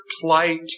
plight